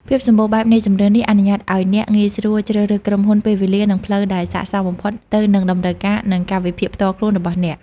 ភាពសម្បូរបែបនៃជម្រើសនេះអនុញ្ញាតឱ្យអ្នកងាយស្រួលជ្រើសរើសក្រុមហ៊ុន ពេលវេលា និងផ្លូវដែលស័ក្តិសមបំផុតទៅនឹង តម្រូវការ និងកាលវិភាគផ្ទាល់ខ្លួន របស់អ្នក។